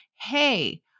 hey